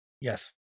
Yes